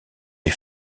les